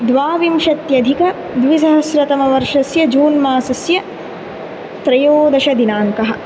द्वाविंशत्यधिकद्विसहस्रतमवर्षस्य जून् मासस्य त्रयोदशदिनाङ्कः